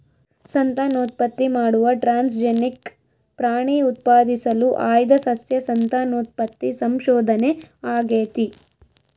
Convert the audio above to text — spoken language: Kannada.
ಸಂತಾನೋತ್ಪತ್ತಿ ಮಾಡುವ ಟ್ರಾನ್ಸ್ಜೆನಿಕ್ ಪ್ರಾಣಿ ಉತ್ಪಾದಿಸಲು ಆಯ್ದ ಸಸ್ಯ ಸಂತಾನೋತ್ಪತ್ತಿ ಸಂಶೋಧನೆ ಆಗೇತಿ